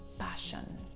Passion